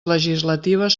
legislatives